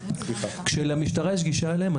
כאשר למשטרה יש גישה אליהם,